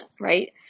right